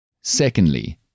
Secondly